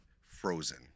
Frozen